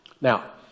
Now